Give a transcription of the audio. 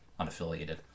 unaffiliated